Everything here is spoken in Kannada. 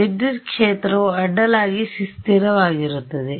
ವಿದ್ಯುತ್ ಕ್ಷೇತ್ರವು ಅಡ್ಡಲಾಗಿ ಸ್ಥಿರವಾಗಿರುತ್ತದೆ